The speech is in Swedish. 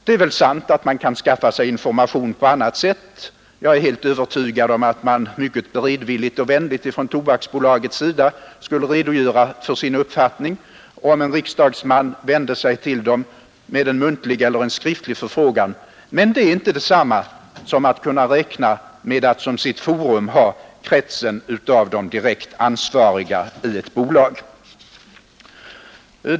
Det är sant att man kan skaffa sig information på annat sätt, och jag är helt övertygad om att Tobaksbolagets folk mycket beredvilligt skulle redogöra för sin uppfattning om en riksdagsman vänder sig dit med en muntlig eller skriftlig förfrågan. Men det är inte detsamma som att kunna räkna med att som sitt forum ha kretsen av de direkt ansvariga i ett bolag.